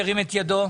ירים את ידו.